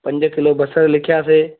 पंज किलो बसर लिखियासीं